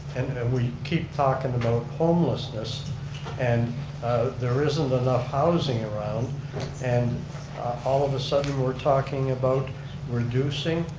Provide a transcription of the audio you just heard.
and we keep talking about homelessness and there isn't enough housing around and all of a sudden we're talking about reducing.